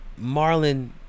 Marlon